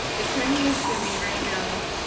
it certainly is for me right now,